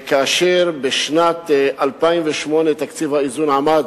בשנת 2008 תקציב מענקי האיזון עמד